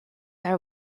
are